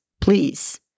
please